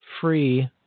free